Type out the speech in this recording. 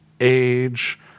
age